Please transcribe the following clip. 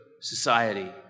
society